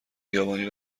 خیابانی